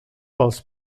pels